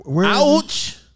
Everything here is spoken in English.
Ouch